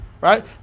right